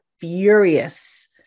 furious